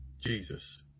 Jesus